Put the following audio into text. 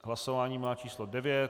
Hlasování má číslo 9.